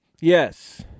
Yes